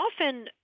often